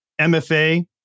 MFA